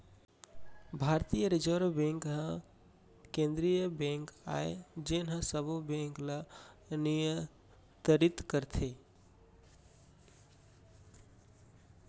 भारतीय reserve bank ह केंद्रीय बेंक आय जेन ह सबो बेंक ल नियतरित करथे